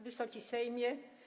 Wysoki Sejmie!